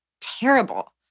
terrible